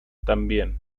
también